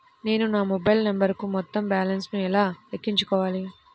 నేను నా మొబైల్ నంబరుకు మొత్తం బాలన్స్ ను ఎలా ఎక్కించుకోవాలి?